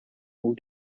all